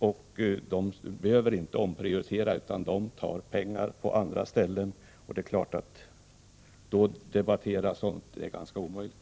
Vpk behöver inte omprioritera utan tar pengar på andra ställen. Att debattera sådant är ganska omöjligt.